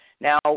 Now